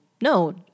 No